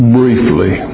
briefly